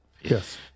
Yes